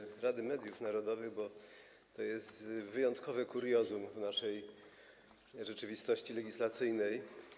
Zacznę od Rady Mediów Narodowych, bo to jest wyjątkowe kuriozum w naszej rzeczywistości legislacyjnej.